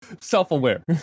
self-aware